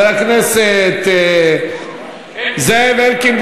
חבר הכנסת זאב אלקין,